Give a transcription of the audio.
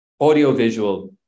audiovisual